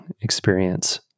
experience